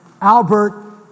Albert